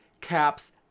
Caps